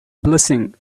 blessing